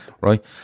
Right